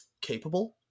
capable